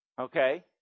Okay